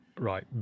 Right